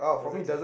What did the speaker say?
what does that say